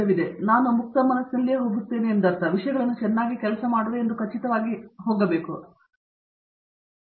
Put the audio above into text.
professor Mahesh V Panchanala ನಾನು ಮುಕ್ತ ಮನಸ್ಸಿನಲ್ಲಿಯೇ ಹೋಗುತ್ತೇನೆ ಎಂದರ್ಥ ವಿಷಯಗಳನ್ನು ಚೆನ್ನಾಗಿ ಕೆಲಸ ಮಾಡುವೆ ಎಂದು ನಾನು ಖಚಿತವಾಗಿ ಹೇಳುತ್ತೇನೆ